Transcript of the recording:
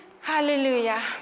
Hallelujah